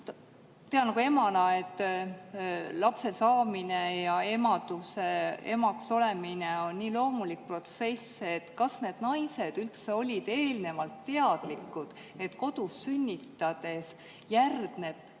Emana tean, et lapse saamine ja emaks olemine on nii loomulik protsess. Kas need naised üldse olid eelnevalt teadlikud, et kodus sünnitamisele järgneb